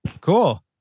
cool